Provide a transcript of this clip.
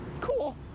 cool